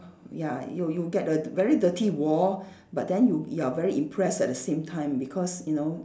ya you you get the very dirty wall but then you you are very impressed at the same time because you know